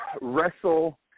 wrestle